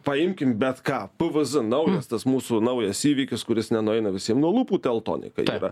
paimkim bet ką pvz naujas tas mūsų naujas įvykis kuris nenueina visiem nuo lūpų teltonika yra